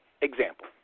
example